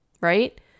Right